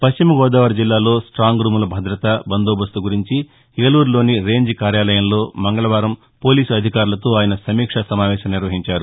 పశ్చిమగోదావరి జిల్లాలో ప్రెహంగ్ రూముల భద్రత బందోబస్తు గురించి ఏలూరులోని రేంజ్ కార్యాలయంలో మంగళవారం పోలీసు అధికారులతోఆయన సమీక్ష సమావేశం నిర్వహించారు